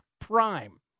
prime